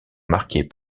marquée